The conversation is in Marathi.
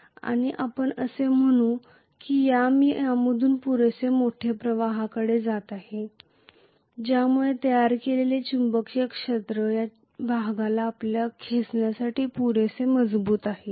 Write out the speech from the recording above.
आणि आपण असे म्हणू या की मी यामधून पुरेशा मोठ्या प्रवाहाकडे जात आहे ज्यामुळे तयार केलेले चुंबकीय क्षेत्र त्या भागाला आपल्याकडे खेचण्यासाठी पुरेसे मजबूत आहे